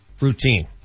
routine